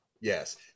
yes